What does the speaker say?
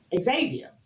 Xavier